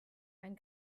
ein